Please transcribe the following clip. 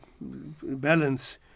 balance